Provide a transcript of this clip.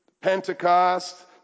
Pentecost